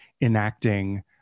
enacting